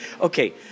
okay